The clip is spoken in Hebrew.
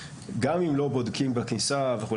גם אם לא בודקים בכניסה וכו',